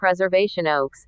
preservationoaks